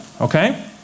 okay